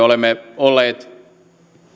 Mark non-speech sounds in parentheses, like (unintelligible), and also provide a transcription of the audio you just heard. (unintelligible) olemme olleet